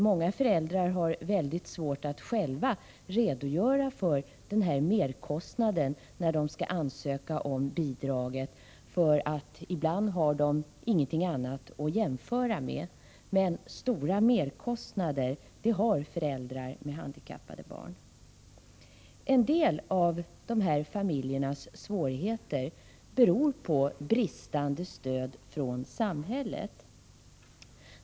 Många föräldrar har mycket svårt för att själva redogöra för dessa merkostnader, när de skall ansöka om bidrag. De har ibland ingenting att jämföra med. Men föräldrar med handikappade barn har stora merkostnader. En del av de här familjernas svårigheter beror på brist på stöd från samhället.